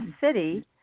City